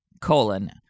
colon